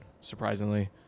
Surprisingly